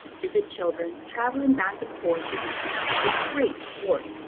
to the children, traveling back and forth through the snow was great sport,